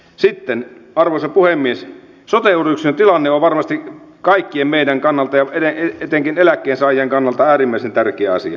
sitten arvoisa puhemies sote uudistuksen tilanne on varmasti kaikkien meidän kannaltamme ja etenkin eläkkeensaajien kannalta äärimmäisen tärkeä asia